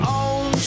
own